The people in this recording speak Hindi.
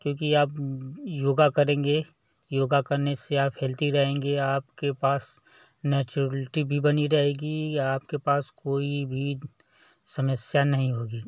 क्योंकि आप योग करेंगे योग करने से आप हेल्दी रहेंगे आपके पास नैचुरेल्टी भी बनी रहेगी आपके पास कोई भी समस्या नहीं होगी